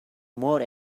more